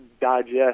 digest